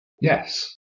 yes